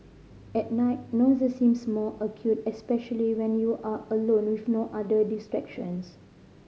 at night noises seems more acute especially when you are alone with no other distractions